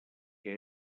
que